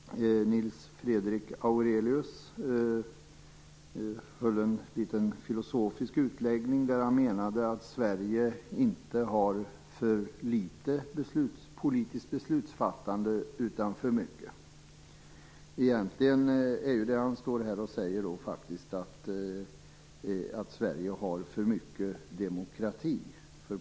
Nils Fredrik Aurelius höll en liten filosofisk utläggning och menade att Sverige inte har för litet politiskt beslutsfattande utan för mycket. Egentligen är ju det han säger faktiskt att Sverige har för mycket demokrati.